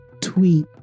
tweet